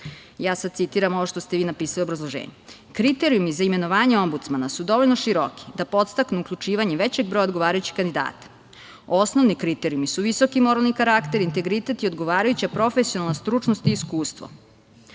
sad citiram ovo što ste vi napisali u obrazloženju: "Kriterijumi za imenovanje Ombudsmana su dovoljno široki da podstaknu uključivanje većeg broja odgovarajućih kandidata. Osnovni kriterijumi su visoki moralni karakter, integritet i odgovarajuća profesionalna stručnost i iskustvo,